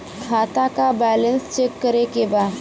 खाता का balance check करे के बा?